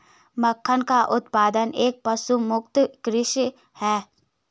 मखाना का उत्पादन एक पशुमुक्त कृषि है